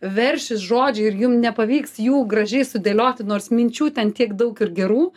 veršis žodžiai ir jum nepavyks jų gražiai sudėlioti nors minčių ten tiek daug ir gerų